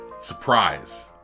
surprise